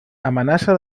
amenaça